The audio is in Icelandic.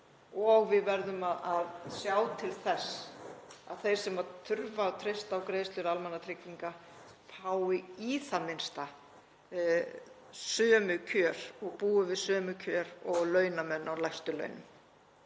og við verðum að sjá til þess að þeir sem þurfa að treysta á greiðslur almannatrygginga fái í það minnsta við sömu kjör og búi við sömu kjör og launamenn á lægstu launum.